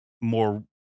more